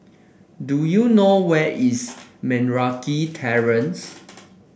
do you know where is Meragi Terrace